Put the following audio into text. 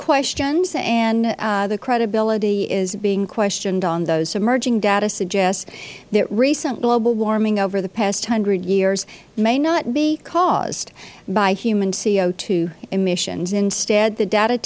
questions and the credibility is being questioned on those emerging data suggest that recent global warming over the past hundred years may not be caused by human co emissions instead the data